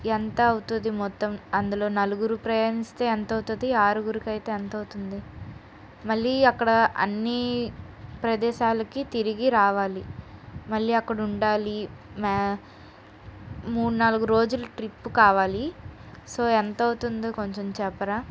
ఎంత అవుతుంది మొత్తం అందులో నలుగురు ప్రయాణిస్తే ఎంతవుతది ఆరుగురికి అయితే ఎంతవుతుంది మళ్లీ అక్కడ అన్ని ప్రదేశాలకి తిరిగి రావాలి మళ్లీ అక్కడ ఉండాలి మ్యా మూడు నాలుగు రోజులు ట్రిప్ కావాలి సో ఎంతవుతుందో కొంచెం చెప్పరా